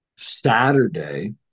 Saturday